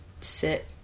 sit